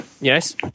Yes